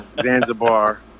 Zanzibar